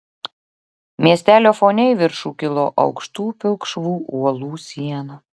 miestelio fone į viršų kilo aukštų pilkšvų uolų siena